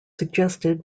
suggested